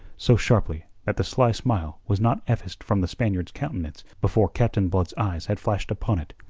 so sharply that the sly smile was not effaced from the spaniard's countenance before captain blood's eyes had flashed upon it.